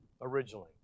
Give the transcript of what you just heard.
originally